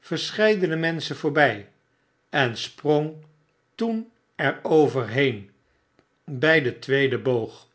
verscheidene menschen voorby en sprong toen er overheen bij den tweeden boog